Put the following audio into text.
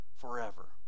forever